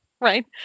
Right